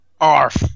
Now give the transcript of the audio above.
Arf